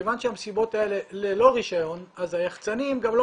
מכיוון שהמסיבות האלה ללא רישיון היח"צנים גם לא